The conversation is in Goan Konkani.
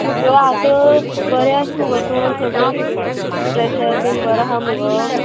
तुगेले आता बरें आस मुगो तूं तुगे तुगेलो प्रेशर बीन बरो आहा मगो